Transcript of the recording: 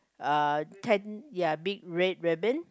uh then ya big red ribbon